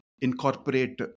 incorporate